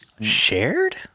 Shared